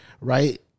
Right